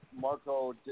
Marco